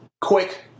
quick